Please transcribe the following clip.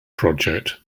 project